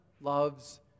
loves